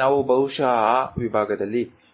ನಾವು ಬಹುಶಃ ಆ ವಿಭಾಗದಲ್ಲಿ ಕೋನ್ ಅನ್ನು ಕತ್ತರಿಸಬಹುದು